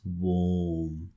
warm